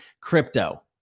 crypto